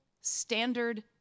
standard